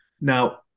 now